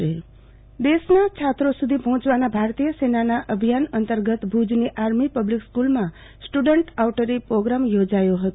આરતીભદ્દ કન્ટ outreach programme દેશના છાત્રો સુધી પહોંચવાના ભારતીય સેનાનાં અભિયાન અંતર્ગત ભુજની આર્મી પબ્લિક સ્કુલમાં સ્ટુડન્ટ આઉટરીય પ્રોગ્રામ યોજાયો હતો